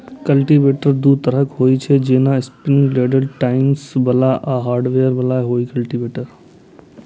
cultivator दू तरहक होइ छै, जेना स्प्रिंग लोडेड टाइन्स बला आ हार्ड टाइन बला कल्टीवेटर